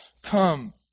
come